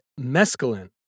mescaline